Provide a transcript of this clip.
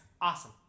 Awesome